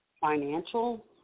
financial